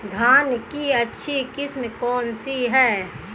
धान की अच्छी किस्म कौन सी है?